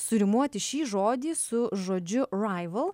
surimuoti šį žodį su žodžiu raival